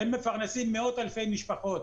הם מפרנסים מאות אלפי משפחות,